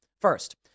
First